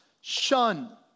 shun